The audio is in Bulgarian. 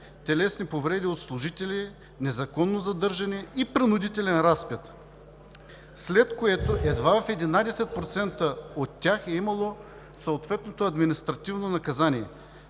телесни повреди от служители, незаконно задържане и принудителен разпит. След това едва в 11% от тях е имало съответното административно наказание.